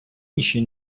інші